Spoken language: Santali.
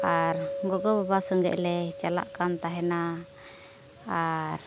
ᱟᱨ ᱜᱚᱜᱚᱼᱵᱟᱵᱟ ᱥᱚᱸᱜᱮᱜ ᱞᱮ ᱪᱟᱞᱟᱜ ᱠᱟᱱ ᱛᱟᱦᱮᱱᱟ ᱟᱨ